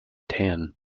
tan